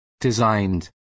designed